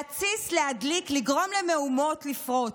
להתסיס, להדליק, לגרום למהומות לפרוץ.